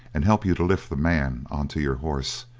and help you to lift the man on to your horse.